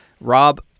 Rob